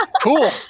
Cool